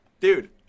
Dude